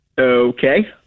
Okay